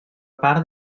part